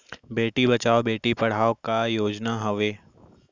बेटी बचाओ बेटी पढ़ाओ का योजना हवे?